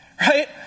right